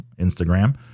Instagram